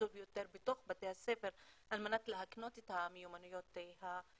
ובתקצוב יותר בתוך בתי הספר על מנת להקנות את המיומנויות האלה,